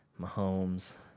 Mahomes